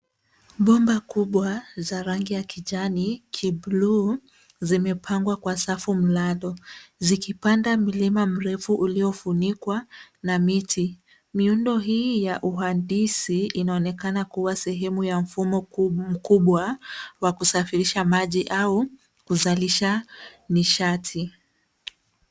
Bomba kubwa za rangi ya kijani kibluu zimepangwa kwa safu mnato zikipanda mlima mrefu uliofunikwa na miti. Miundo hii ya uhandisi inaonekana kuwa sehemu ya mfumo mkubwa wa kusafirisha maji au kuzalisha nishati.